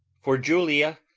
for julia,